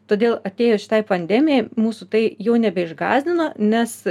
todėl atėjus šitai pandemijai mūsų tai jau nebeišgąsdino nes